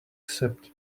except